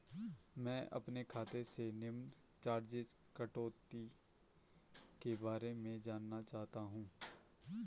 मैं अपने खाते से निम्न चार्जिज़ कटौती के बारे में जानना चाहता हूँ?